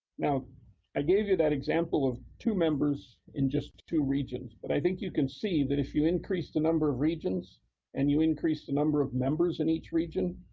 now i gave you that example of two members, and two regions but i think you can see that if you increase the number of regions and you increase the number of members in each region,